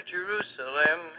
Jerusalem